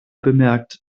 bemerkt